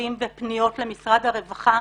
מכתבים ופניות למשרד הרווחה,